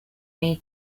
nei